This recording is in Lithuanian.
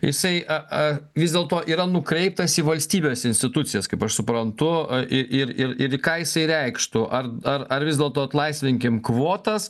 jisai a a vis dėlto yra nukreiptas į valstybės institucijas kaip aš suprantu i ir ir ir ką jisai reikštų ar ar ar vis dėlto atlaisvinkim kvotas